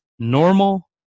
Normal